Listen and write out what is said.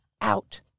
out